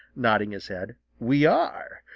nodding his head, we are.